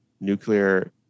nuclear